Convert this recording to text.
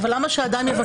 אבל שאדם יבקש?